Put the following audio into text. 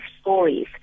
stories